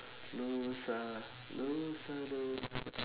no star no star don't